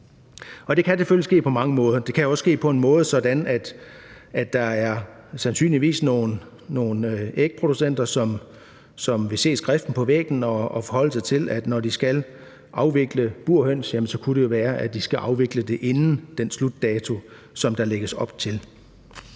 ske på mange måder. Det kan ske på en sådan måde, at der sandsynligvis er nogle ægproducenter, som, når de ser skriften på væggen i forhold til at skulle afvikle burhøns, så afvikler det inden den slutdato, som der lægges op til.